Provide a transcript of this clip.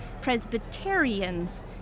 Presbyterians